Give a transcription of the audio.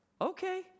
okay